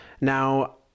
Now